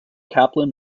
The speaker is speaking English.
kaplan